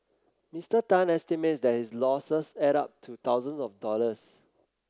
Mister Tan estimates that his losses add up to thousand of dollars